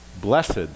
Blessed